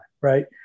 right